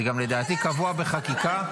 וזה גם לדעתי קבוע בחקיקה,